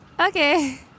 Okay